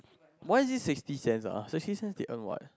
why is it sixty cents sixty cents they earn what